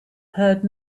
heard